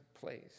place